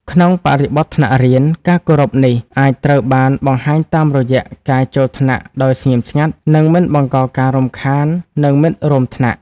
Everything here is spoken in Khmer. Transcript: ក្នុងបរិបទថ្នាក់រៀន ការគោរពនេះអាចត្រូវបានបង្ហាញតាមរយៈការចូលថ្នាក់ដោយស្ងៀមស្ងាត់ និងមិនបង្កការរំខាននឹងមិត្តរួមថ្នាក់។